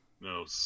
no